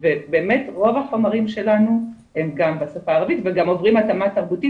ובאמת רוב החומרים שלנו הם גם בשפה הערבית וגם עוברים התאמה תרבותית,